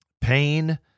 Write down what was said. pain